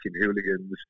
hooligans